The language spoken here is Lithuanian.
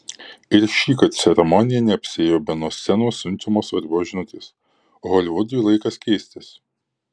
ir šįkart ceremonija neapsiėjo be nuo scenos siunčiamos svarbios žinutės holivudui laikas keistis